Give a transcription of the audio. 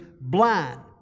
blind